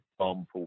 example